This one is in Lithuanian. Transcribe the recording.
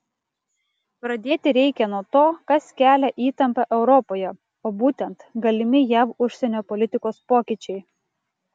pradėti reikia nuo to kas kelia įtampą europoje o būtent galimi jav užsienio politikos pokyčiai